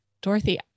Dorothy